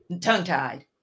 tongue-tied